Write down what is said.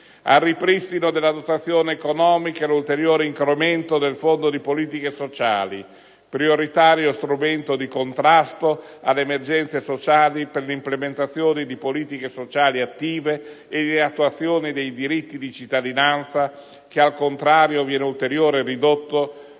al ripristino della dotazione economica e l'ulteriore incremento del Fondo per le politiche sociali, prioritario strumento di contrasto alle emergenze sociali e per l'implementazione di politiche sociali attive e di attuazione dei diritti di cittadinanza che, al contrario, viene ulteriormente ridotto